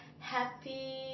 Happy